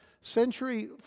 century